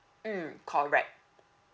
mm correct